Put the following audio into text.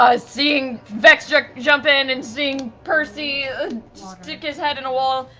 ah seeing vex jump jump in and seeing percy stick his head in a wall,